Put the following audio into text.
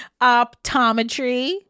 Optometry